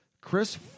Chris